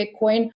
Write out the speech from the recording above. Bitcoin